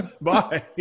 Bye